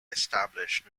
established